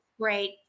great